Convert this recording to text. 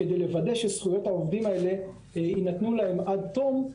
כדי לוודא שזכויות העובדים האלה יינתנו להם עד תום,